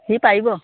সি পাৰিব